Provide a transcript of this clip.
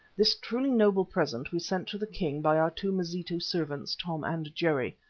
this truly noble present we sent to the king by our two mazitu servants, tom and jerry,